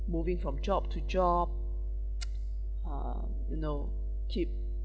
moving from job to job uh you know keep